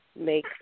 make